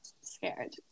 scared